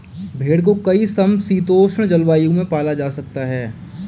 भेड़ को कई समशीतोष्ण जलवायु में पाला जा सकता है